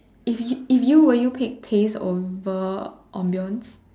if you if you will you pick taste over ambiance